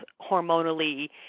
hormonally